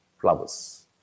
flowers